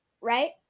right